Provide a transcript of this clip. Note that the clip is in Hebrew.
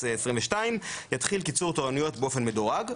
2022 יתחיל קיצור תורנויות באופן מדורג.